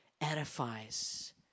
edifies